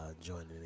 joining